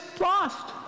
lost